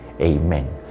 Amen